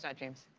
so james.